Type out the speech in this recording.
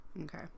okay